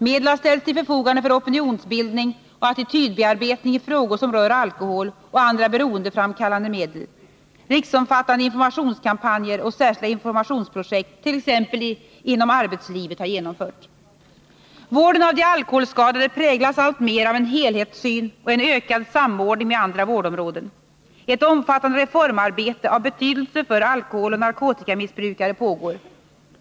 Medel har ställts till förfogande för opinionsbildning och attitydbearbetning i frågor som rör alkohol och andra beroendeframkallande medel. Riksomfattande informationskampanjer och särskilda informationsprojekt t.ex. inom arbetslivet har genomförts. Vården av de alkoholskadade präglas alltmer av en helhetssyn och en ökad samordning med andra vårdområden. Ett omfattande reformarbete av betydelse för alkoholoch narkotikamissbrukare pågår.